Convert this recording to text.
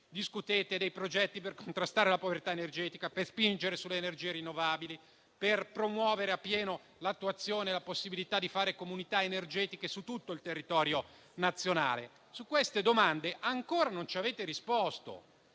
discutere dei progetti per contrastare la povertà energetica, per spingere sulle energie rinnovabili, per promuovere a pieno l'attuazione e la possibilità di fare comunità energetiche su tutto il territorio nazionale? A queste domande ancora non ci avete risposto.